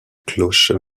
cloches